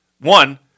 One